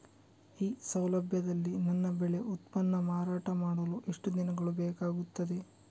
ಈ ಸೌಲಭ್ಯದಲ್ಲಿ ನನ್ನ ಬೆಳೆ ಉತ್ಪನ್ನ ಮಾರಾಟ ಮಾಡಲು ಎಷ್ಟು ದಿನಗಳು ಬೇಕಾಗುತ್ತದೆ?